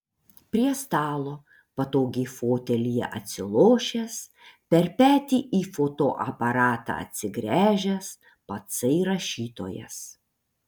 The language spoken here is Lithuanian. prie stalo patogiai fotelyje atsilošęs per petį į fotoaparatą atsigręžęs patsai rašytojas